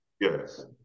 Yes